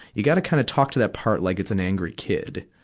you gotta kinda talk to that part like it's an angry kid.